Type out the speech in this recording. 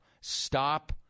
Stop